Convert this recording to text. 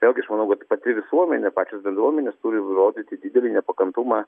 vėlgi aš manau kad pati visuomenė pačios bendruomenės turi rodyti didelį nepakantumą